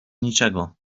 niczego